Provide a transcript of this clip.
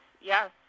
Yes